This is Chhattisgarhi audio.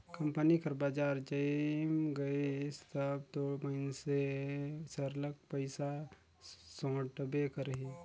कंपनी कर बजार जइम गइस तब दो मइनसे सरलग पइसा सोंटबे करही